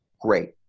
great